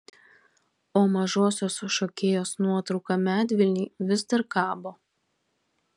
o mažosios šokėjos nuotrauka medvilnėj vis dar kabo